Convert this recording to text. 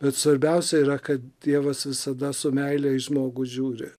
bet svarbiausia yra kad dievas visada su meile į žmogų žiūri